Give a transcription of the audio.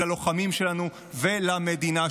ללוחמים שלנו ולמדינה שלנו.